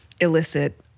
illicit